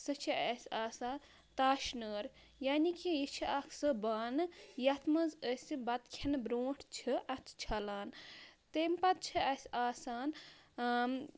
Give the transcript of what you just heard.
سُہ چھِ اَسہِ آسان تاش نٲر یعنی کہِ یہِ چھِ اَکھ سُہ بانہٕ یَتھ منٛز أسۍ بَتہٕ کھٮ۪نہٕ برونٛٹھ چھِ اَتھٕ چھَلان تمہِ پَتہٕ چھِ اَسہِ آسان